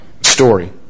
story